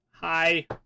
Hi